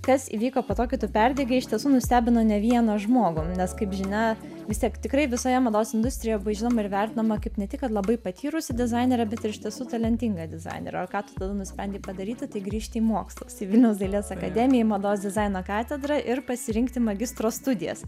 kas įvyko po to kai tu perdegei iš tiesų nustebino ne vieną žmogų nes kaip žinia vis tiek tikrai visoje mados industrijoje buvo žinoma ir vertinama kaip ne tik kad labai patyrusi dizainerė bet ir iš tiesų talentinga dizainerė o ir ką tu tada nusprendei padaryti tai grįžti į mokslus į vilniaus dailės akademiją į mados dizaino katedrą ir pasirinkti magistro studijas